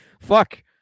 Fuck